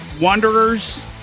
Wanderers